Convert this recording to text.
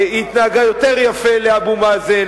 היא התנהגה יותר יפה לאבו מאזן,